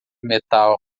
metal